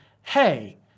hey